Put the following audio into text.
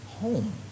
home